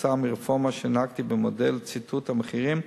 כתוצאה מרפורמה שהנהגתי במודל ציטוט המחירים,